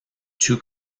two